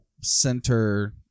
center